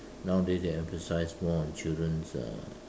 nowadays they emphasize more on children's uh